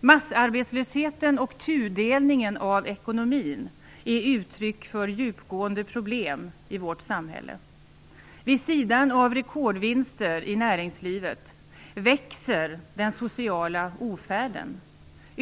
Massarbetslösheten och tudelningen av ekonomin är uttryck för djupgående problem i vårt samhälle. Vid sidan av rekordvinster i näringslivet växer den sociala ofärden.